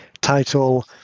title